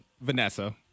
Vanessa